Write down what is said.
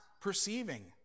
perceiving